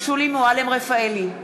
שולי מועלם-רפאלי,